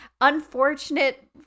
unfortunate